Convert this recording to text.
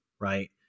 Right